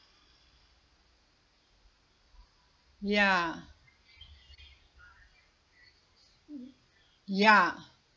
ya ya